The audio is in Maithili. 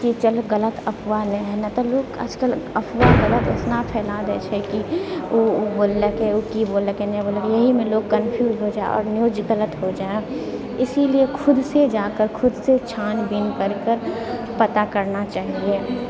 की चल गलत अफवाह नहि हइ ने तऽ लोक आजकल अफवाह गलत एतना फैला दै छै कि ओ ओ बोललकै ओ की बोललकै नहि बोललकै इएहमे लोक कनफ्यूज हो जाइ हइ आओर न्यूज गलत हो जाए हइ इसीलिए खुदसँ जाकऽ खुदसँ छानबीन करिकऽ पता करना चाहिअऽ